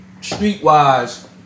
streetwise